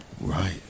Right